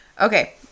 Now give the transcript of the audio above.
Okay